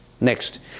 Next